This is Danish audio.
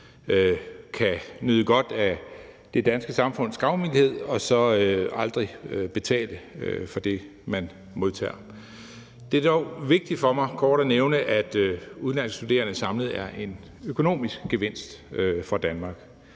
kan nyde godt af det danske samfunds gavmildhed og så aldrig betale for det, man modtager. Det er dog vigtigt for mig kort at nævne, at udenlandske studerende samlet set er en økonomisk gevinst for Danmark.